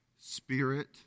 spirit